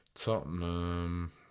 Tottenham